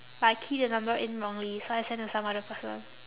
but I key the number in wrongly so I sent to some other person